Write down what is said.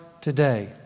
today